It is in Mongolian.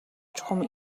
чухам